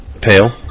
pale